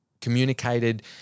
communicated